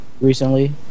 recently